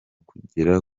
kugera